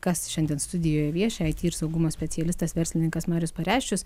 kas šiandien studijoje vieši it ir saugumo specialistas verslininkas marius pareščius